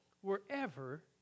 wherever